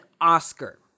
Oscar